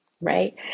Right